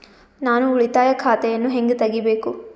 ನಾನು ಉಳಿತಾಯ ಖಾತೆಯನ್ನು ಹೆಂಗ್ ತಗಿಬೇಕು?